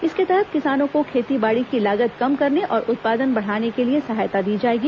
इसके तहत किसानों को खेती बाड़ी की लागत कम करने और उत्पादन बढ़ाने के लिए सहायता दी जाएगी